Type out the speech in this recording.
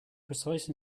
precise